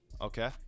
Okay